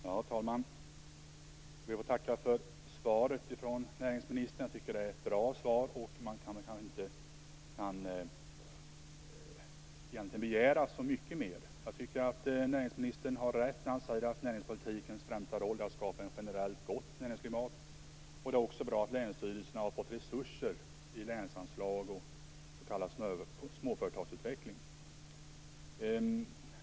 Herr talman! Jag ber att få tacka för svaret från näringsministern. Jag tycker att det är ett bra svar, och man kanske inte kan begära så mycket mer. Jag tycker att näringsministern har rätt när han säger att näringspolitikens främsta roll är att skapa ett generellt gott näringsklimat. Det är också bra att länsstyrelserna har fått resurser i länsanslag och s.k. småföretagsutveckling.